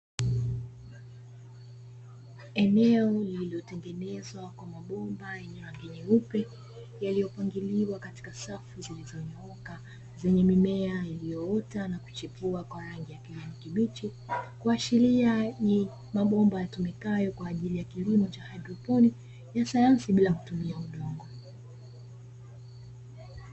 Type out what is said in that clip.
Eneo lililotengenezwa kwa mabomba yenye rangi nyeupe yaliyopangiliwa katika safu ziizonyooka zenye mimea iliyoota na kuchipua kwa rangi ya kijani kibichi, kuashiria ni mabomba yatumikayo kwa ajili ya kilimo cha haidroponi ya sayansi bila kitumia udongo.